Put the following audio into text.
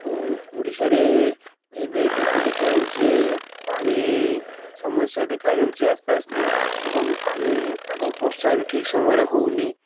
ଓ ଓଡ଼ିଶାରେ ଏବେ କିନ୍ତୁ ଦେଖାଯାଉଛି ଯେ ପାଣି ସମସ୍ୟା ଦେଖାଯାଉଛି ଆସ୍ତେ ଆସ୍ତେ ଏବଂ ପାଣିପାଗ ବର୍ଷା ବି ଠିକ୍ ସମୟରେ ହେଉନି